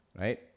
right